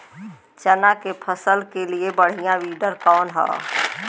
चना के फसल के लिए बढ़ियां विडर कवन ह?